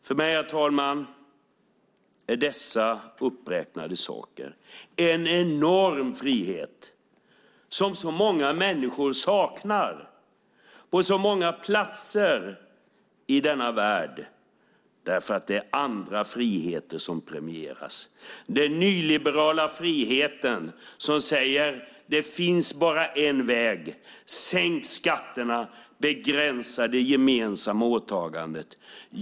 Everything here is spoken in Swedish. För mig, herr talman, är dessa uppräknade saker en enorm frihet som många människor saknar på många platser i denna värld därför att det är andra friheter som premieras. Det handlar om den nyliberala friheten, som säger att det bara finns en väg: Sänk skatterna och begränsa det gemensamma åtagandet!